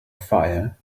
fire